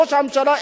ראש הממשלה,